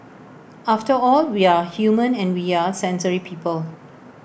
after all we are human and we are sensory people